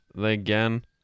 again